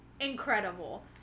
incredible